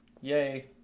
Yay